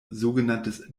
sogenanntes